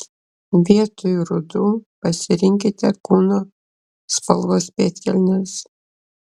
vietoj rudų pasirinkite kūno spalvos pėdkelnes